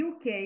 UK